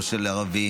לא של ערבים,